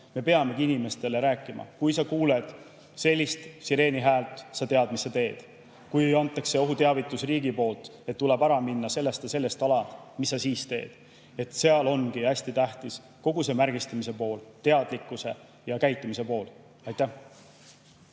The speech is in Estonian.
Me peamegi inimestele rääkima, et kui sa kuuled sellist sireenihäält, siis sa tead, mis sa teed, kui antakse ohuteavitus riigi poolt, et tuleb ära minna sellelt ja sellelt alalt, mis sa siis teed. Seal ongi hästi tähtis kogu see märgistamise pool, teadlikkuse ja käitumise pool. Kalle